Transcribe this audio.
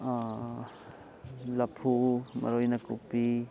ꯂꯐꯨ ꯃꯔꯣꯏ ꯅꯥꯀꯨꯞꯄꯤ